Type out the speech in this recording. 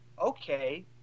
okay